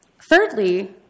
thirdly